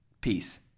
Peace